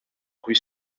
rue